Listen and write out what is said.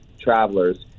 travelers